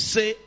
Say